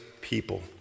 people